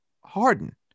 Harden